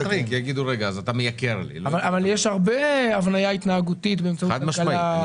יש הרבה הבניה התנהגותית שלא כולם יוכלו לעשות.